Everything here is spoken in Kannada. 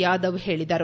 ಯಾದವ್ ಹೇಳಿದರು